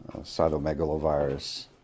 cytomegalovirus